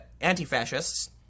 Anti-Fascists